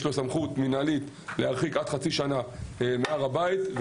יש לו סמכות מנהלית להרחיק עד חצי שנה מהר הבית.